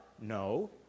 No